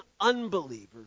unbelievers